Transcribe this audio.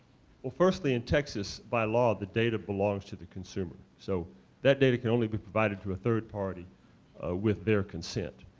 well, firstly in texas, by law, the data belongs to the consumer. so that data can only be provided through a third-party with their consent.